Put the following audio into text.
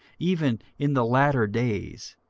even in the latter days,